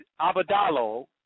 Abadalo